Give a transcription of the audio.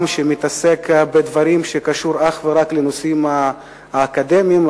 שמתעסק בדברים שקשורים אך ורק לנושאים האקדמיים,